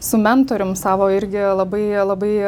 su mentorium savo irgi labai labai